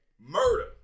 murder